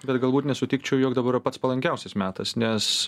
bet galbūt nesutikčiau jog dabar yra pats palankiausias metas nes